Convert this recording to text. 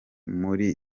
muri